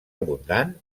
abundant